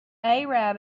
arab